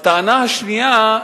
הטענה השנייה,